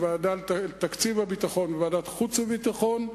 בוועדה לתקציב הביטחון ובוועדת החוץ והביטחון,